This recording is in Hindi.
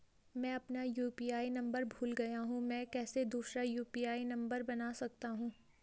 मैं अपना यु.पी.आई नम्बर भूल गया हूँ मैं कैसे दूसरा यु.पी.आई नम्बर बना सकता हूँ?